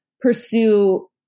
pursue